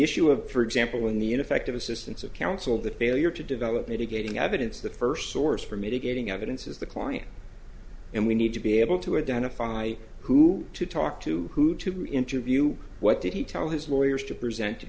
issue of for example in the in effect of assistance of counsel the failure to develop mitigating evidence the first source for mitigating evidence is the client and we need to be able to identify who to talk to who to interview what did he tell his lawyers to present to